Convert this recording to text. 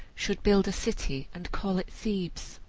should build a city and call it thebes.